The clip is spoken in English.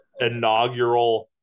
inaugural